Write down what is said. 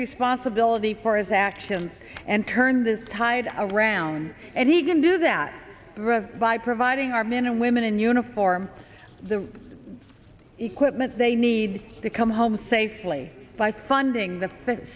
responsibility for his actions and turn this tide around and he can do that by providing our men and women in uniform the equipment they need to come home safely by funding the